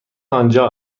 آنجا